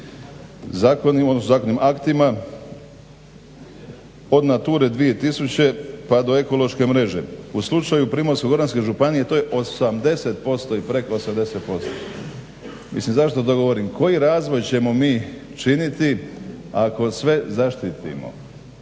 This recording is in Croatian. raznim aktima od NATURA-e 2000 pa do ekološke mreže. U slučaju Primorsko-goranske županije to je 80% i preko 80%. Zašto to govorim? Koji razvoj ćemo mi činiti ako sve zaštitimo?